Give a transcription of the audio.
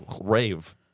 rave